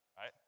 right